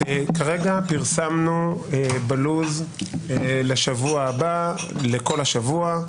כרגע פרסמנו לוח הזמנים לשבוע הבא, לכל השבוע,